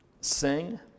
sing